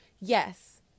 yes